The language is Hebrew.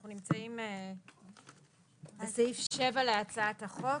אנחנו נמצאים בסעיף 7 להצעת החוק,